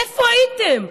איפה הייתם?